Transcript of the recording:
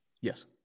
Yes